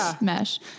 mesh